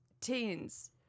Teens